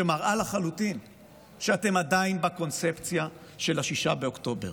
שמראה לחלוטין שאתם עדיין בקונספציה של 6 באוקטובר.